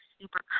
super